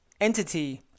entity